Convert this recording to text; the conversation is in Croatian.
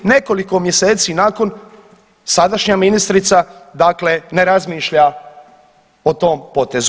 Nekoliko mjeseci nakon sadašnja ministrica, dakle ne razmišlja o tom potezu.